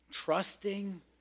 Trusting